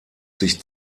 sich